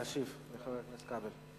להשיב לחבר הכנסת כבל.